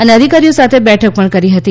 અને અધિકારીઓ સાથે બેઠક પણ કરી હતી